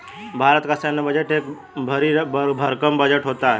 भारत का सैन्य बजट एक भरी भरकम बजट होता है